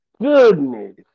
Goodness